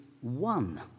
one